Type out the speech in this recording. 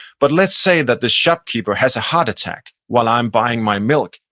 but let's say that the shopkeeper has a heart attack while i'm buying my milk,